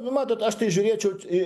nu matot aš tai žiūrėčiau į